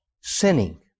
sinning